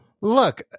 Look